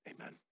Amen